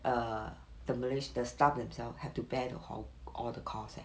err the malay~ the staff themselves have to bear the whol~ all the cost leh